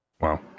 wow